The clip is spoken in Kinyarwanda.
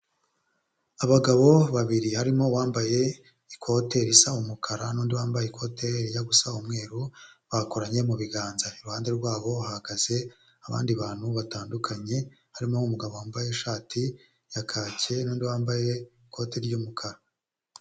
Abagabo babiri harimo uwambaye ikote risa umukara n'undi wambaye ikote rijya gusa umweru bakoranye mu biganza, iruhande rwabo hahagaze abandi bantu batandukanye, harimo umugabo wambaye ishati ya kake n'undi wambaye ikoti ry'umukara.